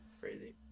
Crazy